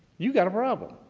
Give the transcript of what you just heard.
you've got a problem.